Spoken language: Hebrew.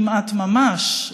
כמעט ממש,